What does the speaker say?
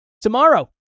Tomorrow